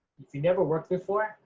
if you never worked before,